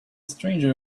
stranger